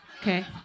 Okay